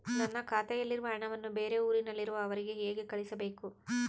ನನ್ನ ಖಾತೆಯಲ್ಲಿರುವ ಹಣವನ್ನು ಬೇರೆ ಊರಿನಲ್ಲಿರುವ ಅವರಿಗೆ ಹೇಗೆ ಕಳಿಸಬೇಕು?